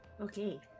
Okay